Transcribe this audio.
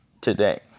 today